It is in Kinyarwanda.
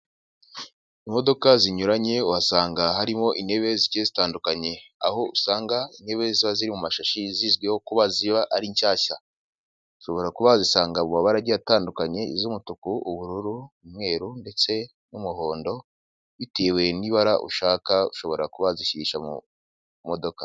Imodoka zinyuranye wasanga harimo intebe zigiye zitandukanye, aho usanga intebe ziba ziri mu mashashi zizwiho kuba ziba ari nshyashya, ushobora kuba wazisanga mu mabara agiye atandukanye iz'umutuku, ubururu, umweru ndetse n'umuhondo, bitewe n'ibara ushaka ushobora kuba wazishyirisha mu modoka.